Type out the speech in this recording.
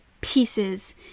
pieces